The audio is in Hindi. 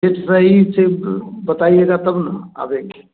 एक सही सेट बताइएगा तब ना आवेंगे